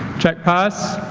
jack paas